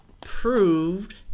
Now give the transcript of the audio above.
Proved